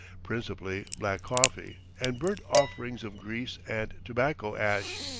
principally black coffee, and burnt offerings of grease and tobacco-ash.